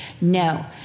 No